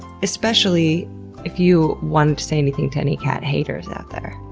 especially if you want to say anything to any cat haters out there.